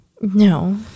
No